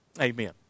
Amen